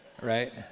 right